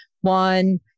one